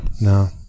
no